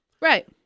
Right